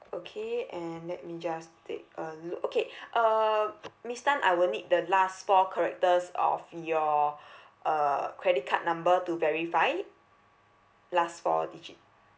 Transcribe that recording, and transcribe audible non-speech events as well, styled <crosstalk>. okay and let me just take a look okay <breath> uh miss tan I will need the last four characters of your <breath> uh credit card number to verify last four digit